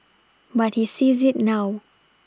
but he sees it now